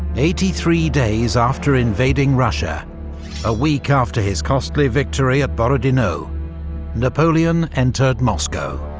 eighty three days after invading russia a week after his costly victory at borodino napoleon entered moscow.